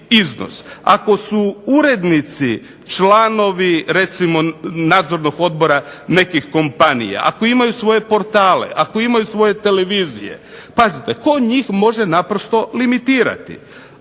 Ako su urednici članovi nadzornog odbora nekih kompanija, ako imaju svoje portale, ako imaju svoje televizije, pazite, tko njih može naprosto limitirati.